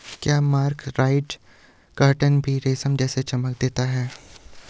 क्या mercerised cotton भी रेशम जैसी चमक देता है?